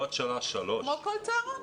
לא עד שעה 15:00. כמו כל צהרון.